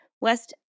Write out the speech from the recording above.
West